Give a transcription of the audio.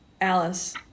Alice